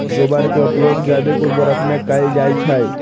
गोबर के उपयोग जैविक उर्वरक में कैएल जाई छई